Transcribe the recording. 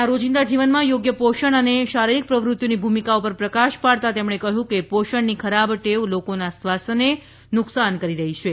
આપણા રોજિંદા જીવનમાં યોગ્ય પોષણ અને શારીરિક પ્રવૃત્તિની ભૂમિકા પર પ્રકાશ પાડતાં તેમણે કહ્યું કે પોષણની ખરાબ ટેવ લોકોના સ્વાસ્થ્યને નુકસાન કરી રહી છે